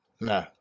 No